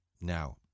now